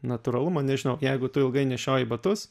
natūralumą nežinau jeigu tu ilgai nešioji batus